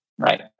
Right